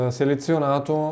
selezionato